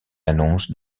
annonce